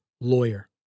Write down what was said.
lawyer